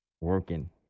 working